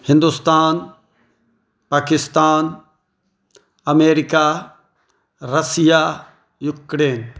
Hindustan Pakistan America Russia Ukraine